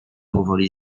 powoli